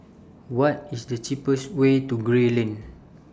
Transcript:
What IS The cheapest Way to Gray Lane